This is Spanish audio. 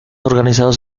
organizados